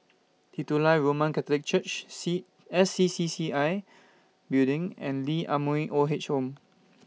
Titular Roman Catholic Church C S C C C I Building and Lee Ah Mooi Old Age Home